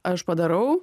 aš padarau